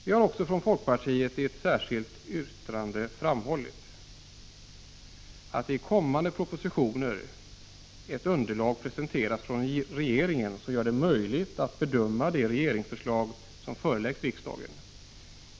Vi har också från folkpartiet i ett särskilt yttrande framhållit att i kommande propositioner bör ett underlag presenteras som gör det möjligt att bedöma de regeringsförslag som föreläggs riksdagen.